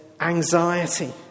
anxiety